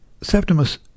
Septimus